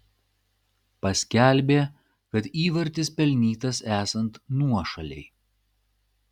paskelbė kad įvartis pelnytas esant nuošalei